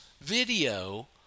video